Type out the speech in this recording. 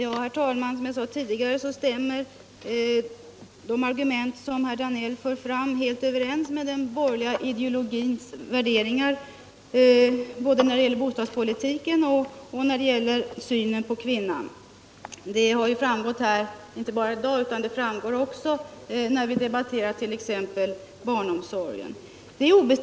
Herr talman! Som jag sade tidigare stämmer de argument som herr Danell för fram helt överens med den borgerliga ideologins värderingar både när det gäller bostadspolitiken och när det gäller synen på kvinnan. De värderingarna har framgått här inte bara i dag utan också när vi debatterade t.ex. barnomsorgen.